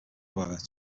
however